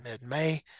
mid-May